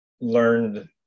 learned